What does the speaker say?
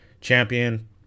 Champion